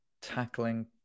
tackling